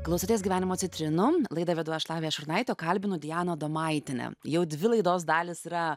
klausotės gyvenimo citrinų laidą vedu aš lavija šurnaitė o kalbinu dianą adomaitienę jau dvi laidos dalys yra